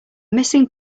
missing